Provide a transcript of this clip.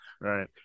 Right